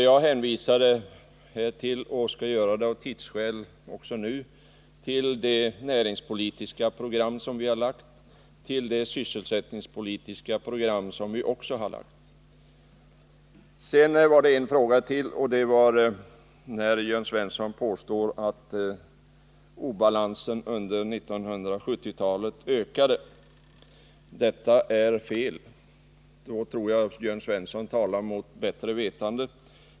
Jag hänvisade — och skall av tidsskäl göra det också nu — till det näringspolitiska program som vi har lagt fram och till det sysselsättningspolitiska program som vi också har lagt fram. Vidare påstod Jörn Svensson att obalansen under 1970-talets första del ökade i skogslänen. Detta är fel. Jag tror att Jörn Svensson talar mot bättre vetande.